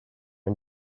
and